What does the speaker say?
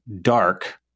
dark